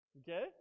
Okay